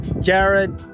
Jared